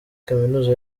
kaminuza